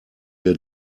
der